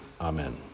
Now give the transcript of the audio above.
amen